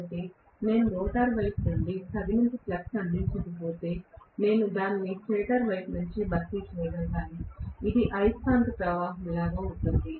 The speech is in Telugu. కాబట్టి నేను రోటర్ వైపు నుండి తగినంత ఫ్లక్స్ అందించకపోతే నేను దానిని స్టేటర్ వైపు నుండి భర్తీ చేయాలి ఇది అయస్కాంత ప్రవాహంలా అవుతుంది